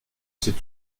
c’est